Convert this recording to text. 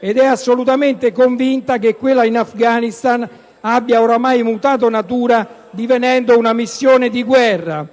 ed è assolutamente convinta che quella in Afghanistan abbia ormai mutato natura, divenendo una missione di guerra.